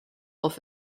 off